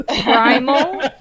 Primal